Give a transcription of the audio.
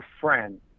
friend